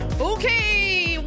okay